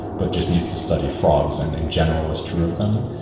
but just needs to study frogs, and in general what's true of them.